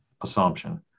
assumption